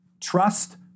Trust